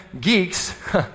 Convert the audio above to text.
geeks